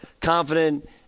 confident